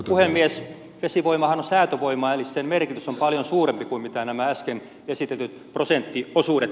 vesivoimahan on säätövoimaa eli sen merkitys on paljon suurempi kuin nämä äsken esitetyt prosenttiosuudet